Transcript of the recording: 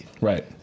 Right